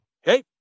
Hey